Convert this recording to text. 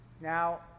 Now